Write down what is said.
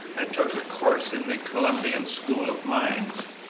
i took a course in the columbian school of mines.